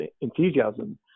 enthusiasm